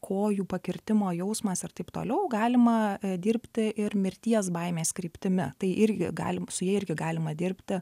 kojų pakirtimo jausmas ir taip toliau galima dirbti ir mirties baimės kryptimi tai irgi galim su ja irgi galima dirbti